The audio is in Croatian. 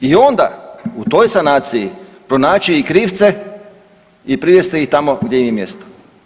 I onda u toj sanaciji pronaći i krivce i privesti ih tamo gdje im je mjesto.